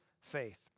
faith